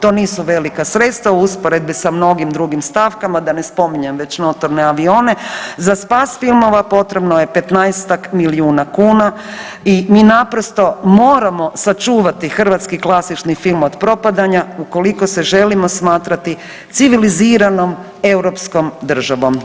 To nisu velika sredstva u usporedbi sa mnogim drugim stavkama, da ne spominjem već notorne avione, za spas filmova potrebno je petnaestak milijuna kuna i mi naprosto moramo sačuvati hrvatski klasični film od propadanja ukoliko se želimo smatrati civiliziranom europskom državom.